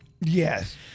Yes